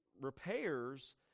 repairs